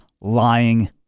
lying